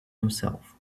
himself